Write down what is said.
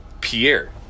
Pierre